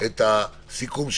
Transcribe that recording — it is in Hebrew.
את הסיכום,